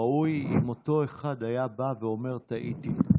ראוי היה שאותו אחד יבוא ויאמר: טעיתי.